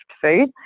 Food